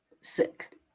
Sick